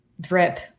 Drip